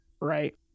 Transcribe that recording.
right